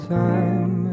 time